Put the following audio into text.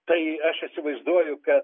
tai aš įsivaizduoju kad